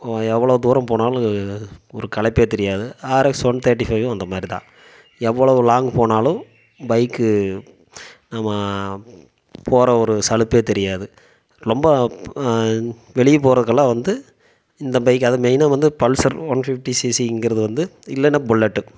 எவ்வளோ தூரம் போனாலும் ஒரு களைப்பே தெரியாது ஆர்எக்ஸ் ஒன் தேர்ட்டி ஃபைவ்வும் அந்த மாதிரி தான் எவ்வளவு லாங் போனாலும் பைக் நாம் போகிற ஒரு சலுப்பே தெரியாது ரொம்ப வெளியே போறதுக்கெல்லாம் வந்து இந்த பைக் அதுவும் மெயினாக வந்து பல்சர் ஒன் பிஃப்டி சிசிங்குறது வந்து இல்லைன்னா புல்லெட்